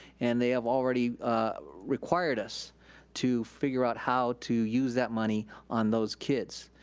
and they have already required us to figure out how to use that money on those kids.